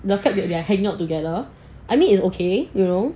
the fact that they're hanging out together I mean it's okay you know